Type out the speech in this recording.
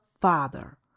Father